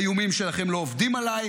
האיומים שלכם לא עובדים עליי,